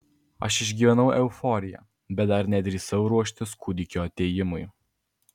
aš išgyvenau euforiją bet dar nedrįsau ruoštis kūdikio atėjimui